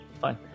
Fine